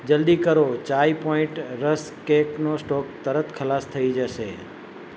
જલદી કરો ચાઈ પોઈન્ટ રસ કેકનો સ્ટોક તરત ખલાસ થઇ જશે